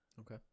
Okay